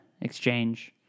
exchange